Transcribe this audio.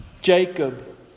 Jacob